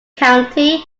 county